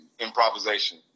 Improvisation